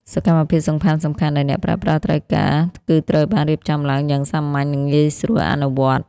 សកម្មភាពសំខាន់ៗដែលអ្នកប្រើប្រាស់ត្រូវការ គឺត្រូវបានរៀបចំឡើងយ៉ាងសាមញ្ញ និងងាយស្រួលអនុវត្ត។